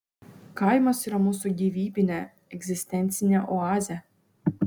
kaimas yra mūsų gyvybinė egzistencinė oazė